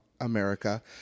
America